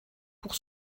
pour